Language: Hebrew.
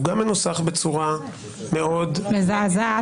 הוא גם מנוסח בצורה מאוד --- מזעזעת.